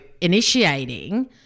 initiating